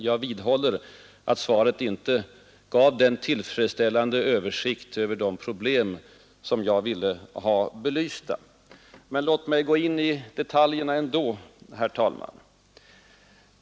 Jag vidhåller att svaret inte gav en tillfredsställande översikt över de problem som jag ville ha belysta. Låt låt mig ändå, herr talman, bemöta en del av vad försvarsministern nyss sade.